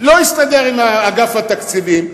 לא הסתדר עם אגף התקציבים,